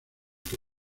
que